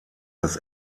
das